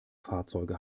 fahrzeuge